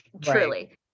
Truly